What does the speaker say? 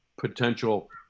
potential